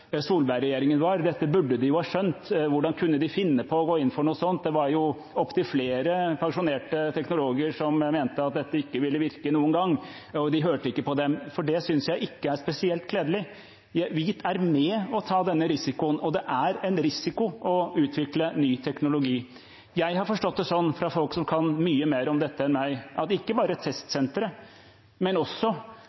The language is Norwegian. var, dette burde de ha skjønt, hvordan kunne de finne på å gå inn for noe sånt, det var jo opptil flere pensjonerte teknologer som mente dette ikke ville virke noen gang, og de hørte ikke på dem. For det synes jeg ikke er spesielt kledelig. Vi er med på å ta denne risikoen. Det er en risiko å utvikle ny teknologi. Jeg har forstått det sånn fra folk som kan mye mer om dette enn meg, at ikke bare